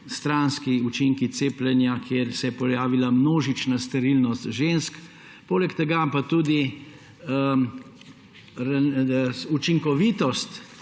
stranski učinki cepljenja, pojavila se je množična sterilnost žensk, poleg tega pa tudi učinkovitost